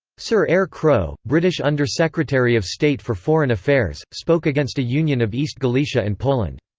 sir eyre crowe, british undersecretary of state for foreign affairs, spoke against a union of east galicia and poland.